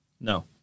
No